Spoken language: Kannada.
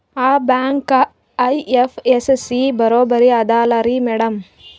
ಆ ಬ್ಯಾಂಕ ಐ.ಎಫ್.ಎಸ್.ಸಿ ಬರೊಬರಿ ಅದಲಾರಿ ಮ್ಯಾಡಂ?